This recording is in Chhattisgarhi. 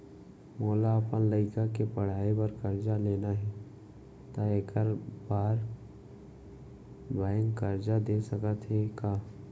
मोला अपन लइका के पढ़ई बर करजा लेना हे, त एखर बार बैंक करजा दे सकत हे का?